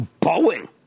Boeing